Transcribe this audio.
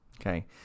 Okay